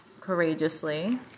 courageously